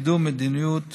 בקידום מדיניות